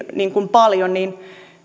paljon niin